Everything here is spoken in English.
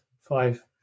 five